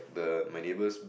the my neighbours